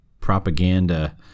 propaganda